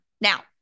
Now